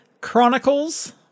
Chronicles